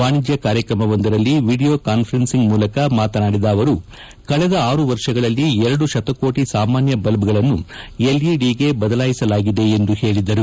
ವಾಣಿಜ್ಯ ಕಾರ್ಯಕ್ರಮವೊಂದರಲ್ಲಿ video conferencing ಮೂಲಕ ಮಾತನಾಡಿದ ಅವರು ಕಳೆದ ಆರು ವರ್ಷಗಳಲ್ಲಿ ಎರಡು ಶತಕೋಟಿ ಸಾಮಾನ್ಯ ಬಲ್ಬ್ಗಳನ್ನು ಎಲ್ಇಡಿಗೆ ಬದಲಾಯಿಸಲಾಗಿದೆ ಎಂದು ಹೇಳಿದರು